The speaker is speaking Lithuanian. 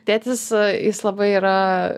tėtis jis labai yra